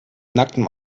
nacktem